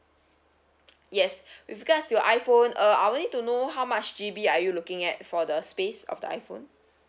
yes with regards to your iphone uh I will need to know how much G_B are you looking at for the space of the iphone